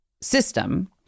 system